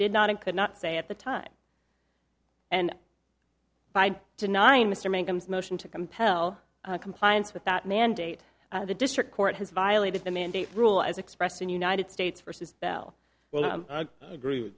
did not and could not say at the time and by denying mr mangum snowshoeing to compel compliance with that mandate the district court has violated the mandate rule as expressed in united states versus bell well i agree with